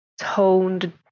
toned